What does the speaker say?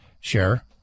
share